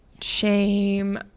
shame